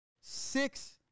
Six